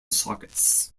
sockets